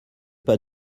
pas